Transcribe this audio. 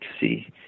see